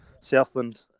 Southland